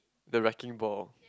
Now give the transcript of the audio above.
the wrecking ball